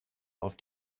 auf